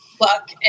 luck